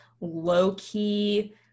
low-key